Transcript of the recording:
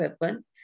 weapon